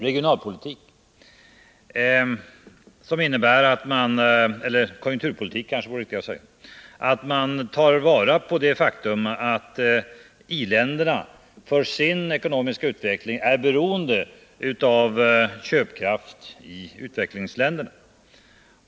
Det innebär att man utgår från det faktum att industriländerna för sin ekonomiska utveckling är beroende av köpkraft i utvecklingsländerna.